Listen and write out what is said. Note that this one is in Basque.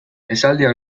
esaldiak